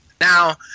Now